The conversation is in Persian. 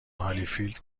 هالیفیلد